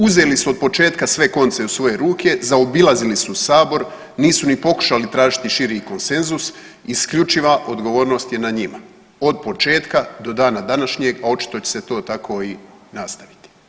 Uzeli su od početka sve konce u svoje ruke, zaobilazili su sabor, nisu ni pokušali tražiti širi konsenzus i isključiva odgovornost je na njima od početka do dana današnjeg, a očito će se to tako i nastaviti.